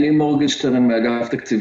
אני מאגף התקציבים.